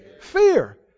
Fear